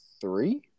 three